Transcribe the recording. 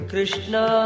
Krishna